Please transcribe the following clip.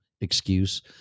excuse